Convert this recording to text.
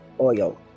oil